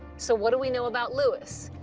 so what do we know about lewis?